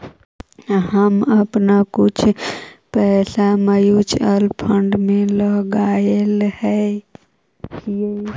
हम अपन कुछ पैसे म्यूचुअल फंड में लगायले हियई